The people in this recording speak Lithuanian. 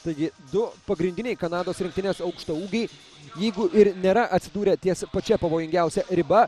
taigi du pagrindiniai kanados rinktinės aukštaūgiai jeigu ir nėra atsidūrę ties pačia pavojingiausia riba